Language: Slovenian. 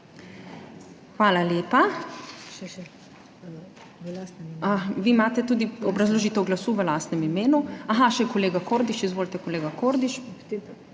Hvala lepa. Vi imate obrazložitev glasu v lastnem imenu? Aha, še kolega Kordiš. Izvolite, kolega Kordiš.